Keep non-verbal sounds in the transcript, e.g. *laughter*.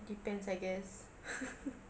depends I guess *laughs*